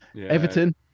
Everton